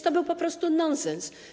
To był po prostu nonsens.